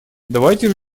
давайте